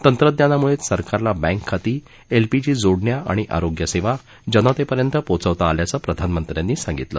तंत्रज्ञानामुळेच सरकारला बँक खाती एलपीजी जोडण्या आणि आरोग्यसेवा जनतेपर्यंत पोचवता आल्याचं प्रधानमंत्र्यांनी सांगितलं